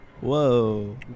Whoa